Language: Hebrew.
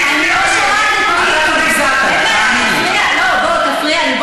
לא, בוא תפריע לי.